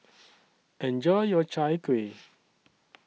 Enjoy your Chai Kueh